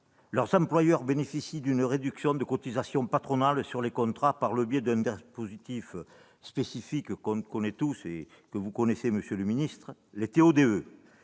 saisonniers bénéficient d'une réduction de cotisations patronales sur les contrats par le biais d'un dispositif spécifique que nous connaissons tous et que vous connaissez aussi, monsieur le ministre, les TO-DE.